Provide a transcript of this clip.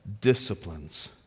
disciplines